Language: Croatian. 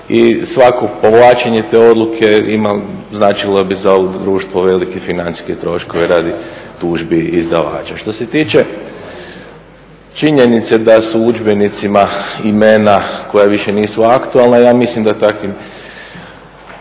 i svako povlačenje te odluke značilo bi za ovo društvo velike financijske troškove radi tužbi izdavača. Što se tiče činjenice da su u udžbenicima imena koja više nisu aktualna, ja mislim da takvim